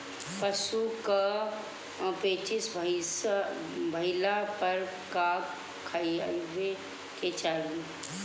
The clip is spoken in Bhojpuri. पशु क पेचिश भईला पर का खियावे के चाहीं?